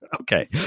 okay